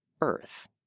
Earth